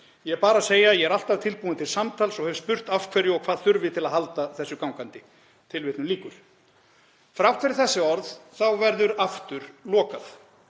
Ég er bara að segja að ég er alltaf tilbúinn til samtals og hef spurt af hverju og hvað þurfi til að halda þessu gangandi.“ Þrátt fyrir þessi orð þá verður aftur lokað.